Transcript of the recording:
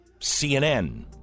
CNN